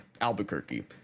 Albuquerque